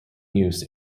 use